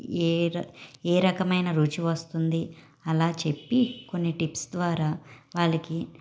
ఏర ఏ రకమైన రుచి వస్తుంది అలా చెప్పి కొన్ని టిప్స్ ద్వారా వాళ్ళకి